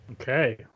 okay